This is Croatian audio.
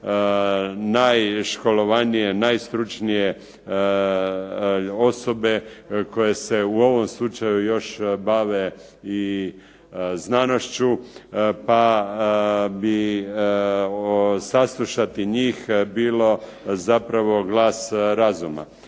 najškolovanije, najstručnije osobe koje se u ovom slučaju još bave i znanošću, pa bi saslušati njih bilo zapravo glas razuma.